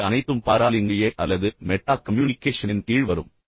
எனவே இவை அனைத்தும் பாராலிங்குயேஜ் அல்லது மெட்டா கம்யூனிகேஷனின் கீழ் வரும்